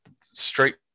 straight